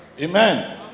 Amen